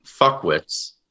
fuckwits